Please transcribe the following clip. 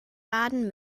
baden